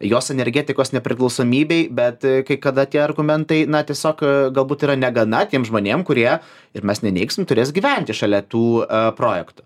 jos energetikos nepriklausomybei bet kai kada tie argumentai na tiesiog galbūt yra negana tiem žmonėm kurie ir mes neneigsim turės gyventi šalia tų projektų